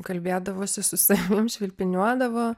kalbėdavosi su savim švilpiniuodavo